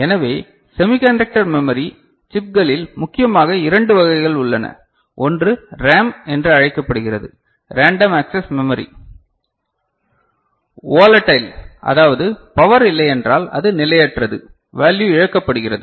எனவே semiconductor memory சிப்களில் முக்கியமாக இரண்டு வகைகளைக் உள்ளன ஒன்று ரேம் என்று அழைக்கப்படுகிறது ரேண்டம் ஆக்சஸ் மெமரி வோலட்டைல் அதாவது பவர் இல்லையென்றால் இது நிலையற்றது வேல்யு இழக்கப்படுகிறது